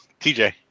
TJ